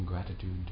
gratitude